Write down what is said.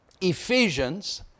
Ephesians